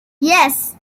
yes